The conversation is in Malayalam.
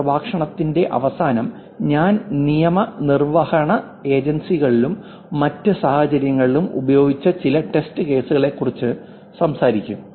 ഈ പ്രഭാഷണത്തിന്റെ അവസാനം ഞാൻ നിയമ നിർവ്വഹണ ഏജൻസികളിലും മറ്റ് സാഹചര്യങ്ങളിലും ഉപയോഗിച്ച ചില ടെസ്റ്റ് കേസുകളെക്കുറിച്ച് സംസാരിക്കും